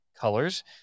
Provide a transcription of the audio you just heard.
colors